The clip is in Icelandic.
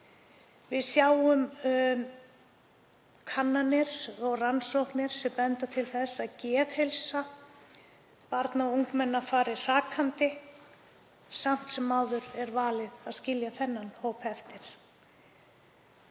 Við sjáum kannanir og rannsóknir sem benda til þess að geðheilsu barna og ungmenna fari hrakandi. Samt sem áður er valið að skilja þennan hóp eftir.